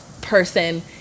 person